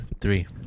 Three